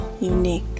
unique